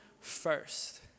first